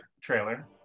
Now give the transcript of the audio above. Trailer